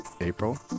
April